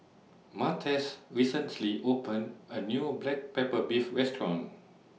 Martez recently opened A New Black Pepper Beef Restaurant